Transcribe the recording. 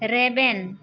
ᱨᱮᱵᱮᱱ